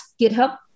github